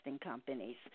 companies